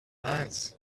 nice